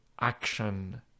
action